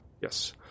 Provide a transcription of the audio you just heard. Yes